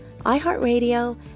iHeartRadio